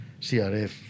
CRF